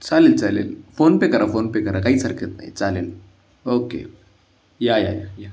चालेल चालेल फोनपे करा फोनपे करा काहीच हरकत नाही चालेल ओके या या या या